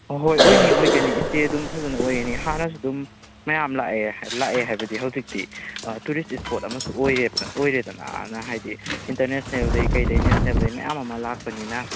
ꯑꯍꯣꯏ ꯑꯣꯏꯅꯤ ꯑꯣꯏꯒꯅꯤ ꯏꯁꯇꯦ ꯑꯗꯨꯝ ꯐꯖꯅ ꯑꯣꯏꯒꯅꯤ ꯍꯥꯟꯅꯁꯨ ꯑꯗꯨꯝ ꯃꯌꯥꯝ ꯂꯥꯛꯑꯦ ꯂꯥꯛꯑꯦ ꯍꯥꯏꯕꯗꯤ ꯍꯧꯖꯤꯛꯇꯤ ꯇꯨꯔꯤꯁ ꯏꯁꯄꯣꯠ ꯑꯃꯁꯨ ꯑꯣꯏꯔꯦꯗꯅ ꯑꯣꯏꯔꯦꯗꯅ ꯍꯥꯟꯅ ꯍꯥꯏꯗꯤ ꯏꯟꯇꯔꯅꯦꯁꯅꯦꯜꯗꯩ ꯀꯔꯤꯗꯩ ꯅꯦꯁꯅꯦꯜꯗꯩ ꯃꯌꯥꯝ ꯑꯃ ꯂꯥꯛꯄꯅꯤꯅ